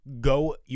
go